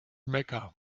mecca